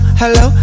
hello